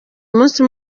umunsi